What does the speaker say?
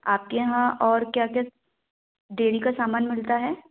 आपके यहाँ और क्या क्या डेयरी का सामान मिलता है